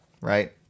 right